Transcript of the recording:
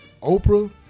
Oprah